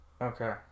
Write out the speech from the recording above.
Okay